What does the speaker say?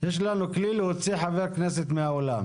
יש לנו כלי להוציא חברי כנסת מהאולם.